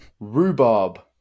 Rhubarb